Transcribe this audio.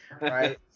right